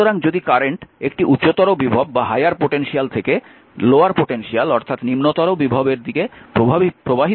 সুতরাং যদি কারেন্ট একটি উচ্চতর বিভব থেকে নিম্নতর বিভবের দিকে প্রবাহিত হয় তবে v iR এটি সত্য